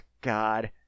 God